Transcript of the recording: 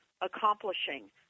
accomplishing